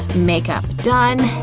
makeup done,